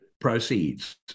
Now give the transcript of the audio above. proceeds